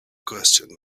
question